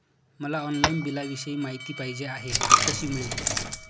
मला ऑनलाईन बिलाविषयी माहिती पाहिजे आहे, कशी मिळेल?